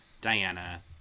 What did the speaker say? diana